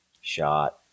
shot